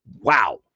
Wow